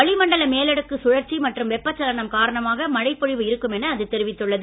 வளி மண்டல மேலடுக்குச் சுழற்சி மற்றும் வெப்ப சலனம் காரணமாக மழை பொழிவு இருக்கும் என அது தெரிவித்துள்ளது